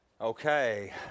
Okay